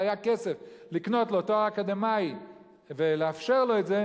היה כסף לקנות לו תואר אקדמי ולאפשר לו את זה,